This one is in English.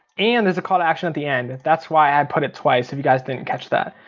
and there's a call to action at the end. that's why i put it twice, if you guys didn't catch that.